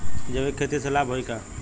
जैविक खेती से लाभ होई का?